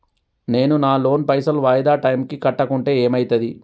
నేను నా లోన్ పైసల్ వాయిదా టైం కి కట్టకుంటే ఏమైతది?